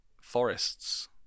forests